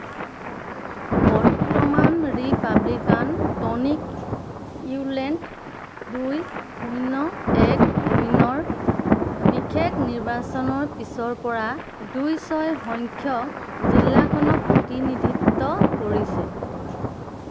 বৰ্তমান ৰিপাব্লিকান টনিক ইউলেণ্ট দুই শূন্য এক শূন্যৰ বিশেষ নিৰ্বাচনৰ পিছৰপৰা দুই ছয় সংখ্যক জিলাখনক প্ৰতিনিধিত্ব কৰিছে